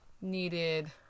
needed